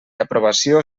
aprovació